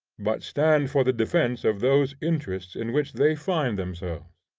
but stand for the defence of those interests in which they find themselves.